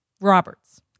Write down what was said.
roberts